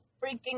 freaking